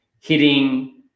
hitting